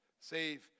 save